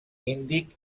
índic